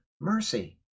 mercy